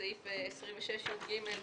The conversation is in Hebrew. בסעיף 26יג,